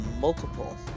Multiple